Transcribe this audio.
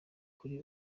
kuli